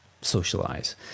socialize